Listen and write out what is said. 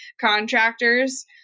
contractors